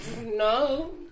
No